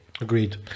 Agreed